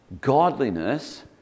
Godliness